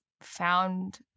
found